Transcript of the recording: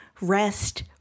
rest